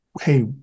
hey